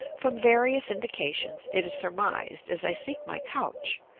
from various indications, it is surmised, as i seek my couch,